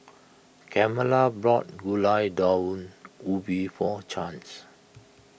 Carmela bought Gulai Daun Ubi for Chance